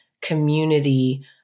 community